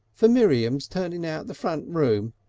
for miriam's turning out the front room.